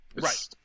Right